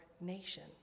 nation